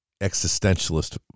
existentialist